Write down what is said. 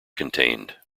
contained